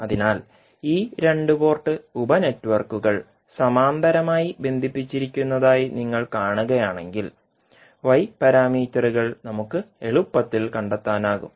അതിനാൽ ഈ രണ്ട് പോർട്ട് ഉപ നെറ്റ്വർക്കുകൾ സമാന്തരമായി ബന്ധിപ്പിച്ചിരിക്കുന്നതായി നിങ്ങൾ കാണുകയാണെങ്കിൽ Y പാരാമീറ്ററുകൾ നമുക്ക് എളുപ്പത്തിൽ കണ്ടെത്താനാകും